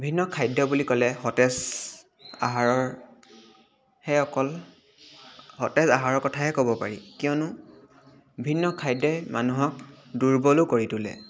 ভিন্ন খাদ্য বুলি ক'লে সতেজ আহাৰৰ হে অকল সতেজ আহাৰৰ কথাহে ক'ব পাৰি কিয়নো ভিন্ন খাদ্যই মানুহক দুৰ্বলো কৰি তোলে